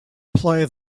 play